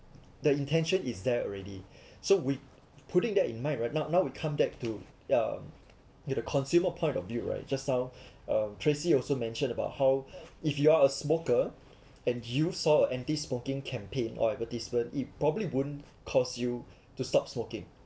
the intention is there already so we putting that in mind right now now we come back to um the consumer point of view right just now uh tracy also mentioned about how if you're a smoker and you saw anti-smoking campaign or advertisement it probably won't cost you to stop smoking